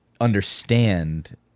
understand